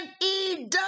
EW